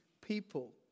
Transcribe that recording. people